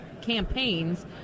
campaigns